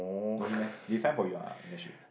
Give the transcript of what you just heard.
no need meh they find for you ah internship